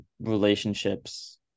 relationships